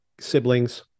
siblings